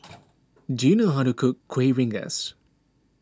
do you know how to cook Kuih Rengas